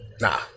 Nah